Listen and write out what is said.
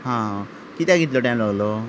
हां कित्याक इतलो टायम लागलो